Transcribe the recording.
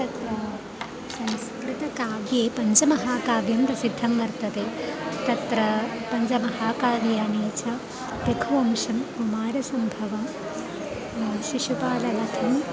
तत्र संस्कृतकाव्ये पञ्चमहाकाव्यं प्रसिद्धं वर्तते तत्र पञ्चमहाकाव्ययानि च रघुवंशं कुमारसम्भवं शिशुपालवधं